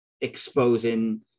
exposing